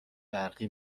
برقی